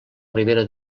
ribera